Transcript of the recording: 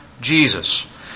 Jesus